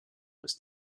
was